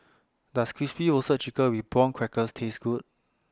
Does Crispy Roasted Chicken with Prawn Crackers Taste Good